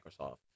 Microsoft